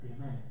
Amen